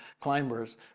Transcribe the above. climbers